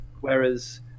whereas